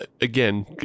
again